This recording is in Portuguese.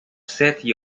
sete